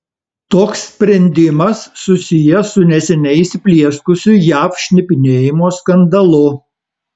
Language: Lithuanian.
toks sprendimas susijęs su neseniai įsiplieskusiu jav šnipinėjimo skandalu